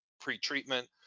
pre-treatment